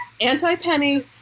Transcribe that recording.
anti-penny